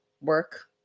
work